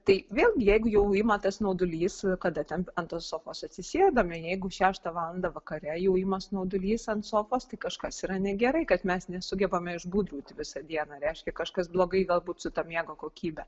tai vėlgi jeigu jau ima tas snaudulys kada ten ant tos sofos atsisėdame jeigu šeštą valandą vakare jau ima snaudulys ant sofos tai kažkas yra negerai kad mes nesugebame išbūdraut visą dieną reiškia kažkas blogai galbūt su ta miego kokybe